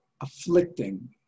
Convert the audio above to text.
afflicting